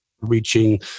reaching